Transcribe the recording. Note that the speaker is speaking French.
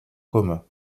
commun